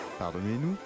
Pardonnez-nous